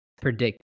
predict